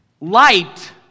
light